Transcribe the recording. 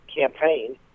campaign